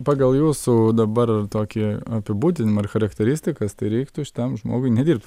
pagal jūsų dabar tokį apibūdinimą ir charakteristikas tai reiktų šitam žmogui nedirbt